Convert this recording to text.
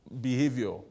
behavior